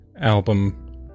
album